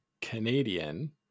Canadian